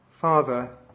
Father